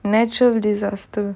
natural disaster